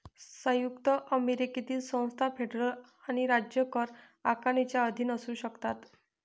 संयुक्त अमेरिकेतील संस्था फेडरल आणि राज्य कर आकारणीच्या अधीन असू शकतात